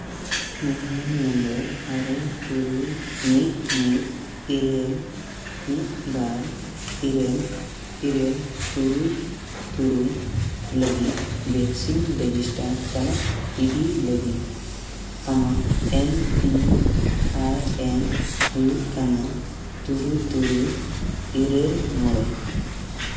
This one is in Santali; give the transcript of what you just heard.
ᱢᱳᱵᱟᱭᱤᱞ ᱱᱚᱢᱵᱚᱨ ᱟᱨᱮ ᱛᱩᱨᱩᱭ ᱢᱤᱫ ᱢᱤᱫ ᱤᱨᱟᱹᱞ ᱢᱤᱫ ᱵᱟᱨ ᱤᱨᱟᱞ ᱤᱨᱟᱹᱞ ᱛᱩᱨᱩᱭ ᱛᱩᱨᱩᱭ ᱞᱟᱹᱜᱤᱫ ᱵᱷᱮᱠᱥᱤᱱ ᱨᱮᱡᱤᱥᱴᱟᱨ ᱪᱟᱞᱟᱜ ᱤᱫᱤ ᱞᱟᱹᱜᱤᱫ ᱟᱢᱟᱜ ᱮᱢ ᱯᱤ ᱟᱭ ᱮᱱ ᱦᱩᱭᱩᱜ ᱠᱟᱱᱟ ᱛᱩᱨᱩᱭ ᱛᱩᱨᱩᱭ ᱤᱨᱟᱹᱞ ᱢᱚᱬᱮ